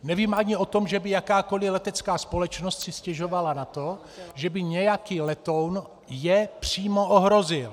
Nevím ani o tom, že by si jakákoli letecká společnost stěžovala na to, že by je nějaký letoun přímo ohrozil.